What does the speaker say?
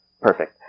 Perfect